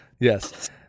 Yes